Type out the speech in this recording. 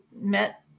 met